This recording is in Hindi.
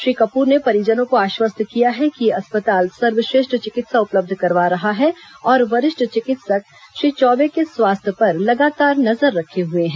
श्री कपूर ने परिजनों को आश्वस्त किया है कि यह अस्पताल सर्वश्रेष्ठ चिकित्सा उपलब्ध करवा रहा है और वरिष्ठ चिकित्सक श्री चौबे के स्वास्थ्य पर लगातार नजर रखे हुए हैं